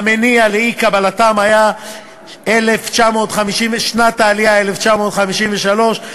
והמניע לאי-קבלתם היה שנת העלייה 1953,